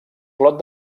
clot